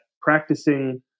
practicing